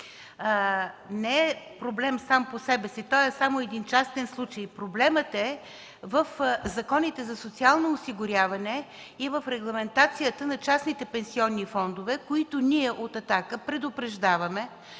не е проблем сам по себе си, той е само един частен случай. Проблемът е в законите за социално осигуряване и в регламентацията на частните пенсионни фондове, които ние от „Атака” предупреждаваме,